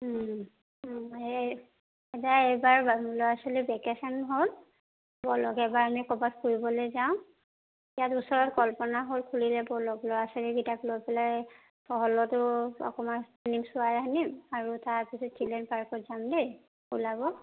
এই এতিয়া এইবাৰ ল'ৰা ছোৱালী ভেকেশ্য়ন হ'ল ব'লক এইবাৰ আমি ক'ৰবাত ফুৰিবলৈ যাওঁ ইয়াত ওচৰত কল্পনা হল খুলিলে ব'লক ল'ৰা ছোৱালীকেইটাক লৈ পেলাই হলতো অকণমান ফ্লিম চোৱাই আনিম আৰু তাৰপিছত চিলড্ৰেন পাৰ্কত যাম দেই ওলাব